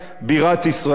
בירת ישראל.